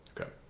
Okay